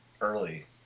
early